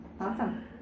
Awesome